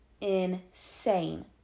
insane